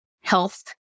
health